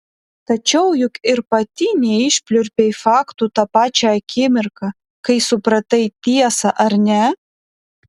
tačiau juk ir pati neišpliurpei faktų tą pačią akimirką kai supratai tiesą ar ne